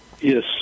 Yes